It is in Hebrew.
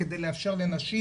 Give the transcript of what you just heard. כדי לאפשר לנשים,